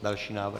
Další návrh.